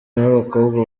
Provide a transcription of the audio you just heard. b’abakobwa